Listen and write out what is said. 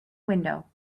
window